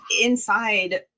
inside